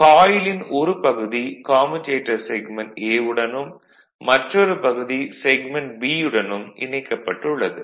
காயிலின் ஒரு பகுதி கம்யூடேட்டர் செக்மென்ட் A வுடனும் மற்றொரு பகுதி செக்மென்ட் B யுடனும் இணைக்கப்பட்டுள்ளது